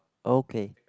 okay